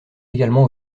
également